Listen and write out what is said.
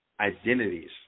identities